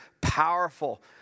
powerful